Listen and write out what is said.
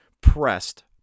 pressed